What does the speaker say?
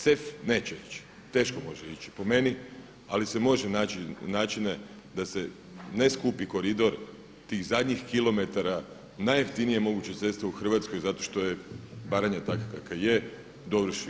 CEF neće ići, teško može ići po meni, ali se može naći načine da se ne skupi koridor tih zadnjih kilometara najjeftinije moguće sredstvo u Hrvatskoj zato što je Baranja takva kakva je dovrši.